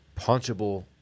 punchable